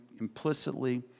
implicitly